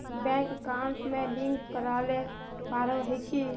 Bank account में link करावेल पारे है की?